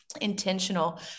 intentional